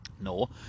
no